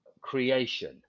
creation